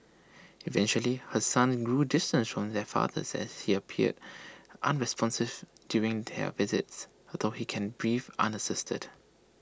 eventually her sons grew distant from their father as he appeared unresponsive during their visits although he can breathe unassisted